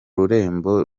rurembo